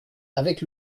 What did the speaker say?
avec